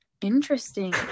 Interesting